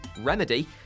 Remedy